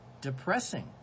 depressing